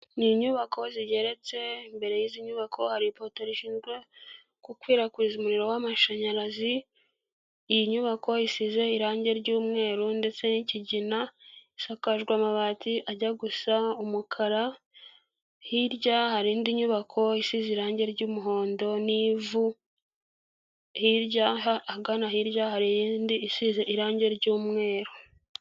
Ni inyubako zigeretse, imbere y'izi nyubako hari ipoto rishinzwe gukwirakwiza umuriro w'amashanyarazi, iyi nyubako isize irangi ry'umweru ndetse n'ikigina, isakajwe amabati ajya gusa umukara, hirya hari indi nyubako isize irangi ry'umuhondo n'ivu, hirya ahagana hirya hari iyindi isize irangi ry'umweru.